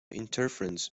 interference